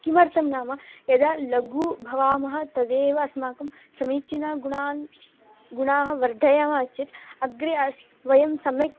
किमर्थं नाम यदा लघु भवामः तदैव अस्माकं समीचीनगुणान् गुणाः वर्धयामः चेत् अग्रे स्मः वयं सम्यक्